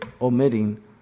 omitting